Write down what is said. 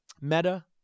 meta